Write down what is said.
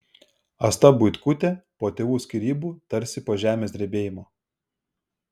asta buitkutė po tėvų skyrybų tarsi po žemės drebėjimo